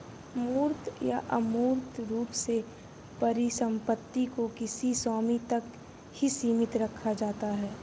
मूर्त या अमूर्त रूप से परिसम्पत्ति को किसी स्वामी तक ही सीमित रखा जाता है